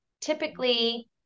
typically